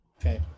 Okay